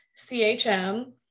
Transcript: CHM